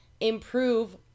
improve